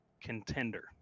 contender